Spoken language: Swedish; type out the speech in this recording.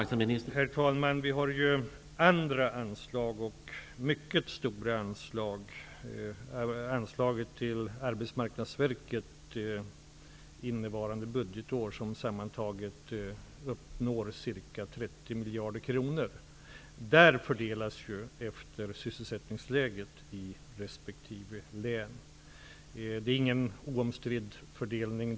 Herr talman! Det finns andra anslag, och det är mycket stora anslag. Anslaget till Arbetsmarknadsverket uppgår sammantaget under innevarande budgetår till ca 30 miljarder kronor. Där fördelas medlen efter sysselsättningsläget i resp. län. Inte heller detta är en oomstridd fördelning.